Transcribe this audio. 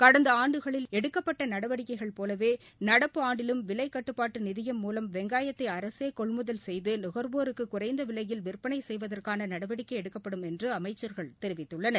கடந்த ஆண்டுகளில் எடுக்கப்பட்ட நடவடிக்கைகள் போலவே நடப்பு ஆண்டிலும் விலை கட்டுப்பாட்டு நிதியம் மூலம் வெங்காயத்தை அரசே கொள்முதல் செய்து நுகர்வோருக்கு குறைந்த விலையில் விற்பனை செய்வவதற்கான நடவடிக்கை எடுக்கப்படும் என்று அமைச்சர்கள் தெரிவித்துள்ளனர்